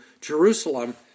Jerusalem